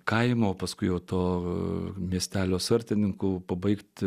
kaimo paskui jo to miestelio sartininkų pabaigti